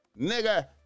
nigga